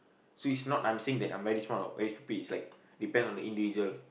so is not I'm saying that I'm very smart or very stupid is like depend on the individual